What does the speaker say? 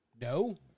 No